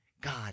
God